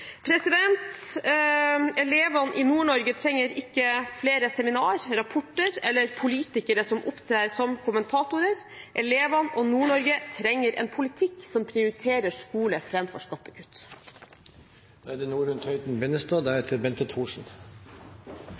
Elevene i Nord-Norge trenger ikke flere seminarer, rapporter eller politikere som opptrer som kommentatorer; elevene og Nord-Norge trenger en politikk som prioriterer skole framfor skattekutt. Det er